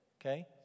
Okay